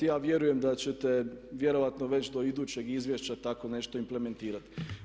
I ja vjerujem da ćete vjerojatno već do idućeg izvješća tako nešto implementirati.